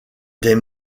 des